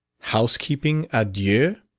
housekeeping a deux?